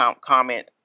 comment